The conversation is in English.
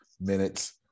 minutes